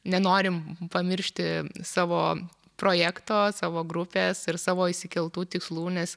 nenorim pamiršti savo projekto savo grupės ir savo išsikeltų tikslų nes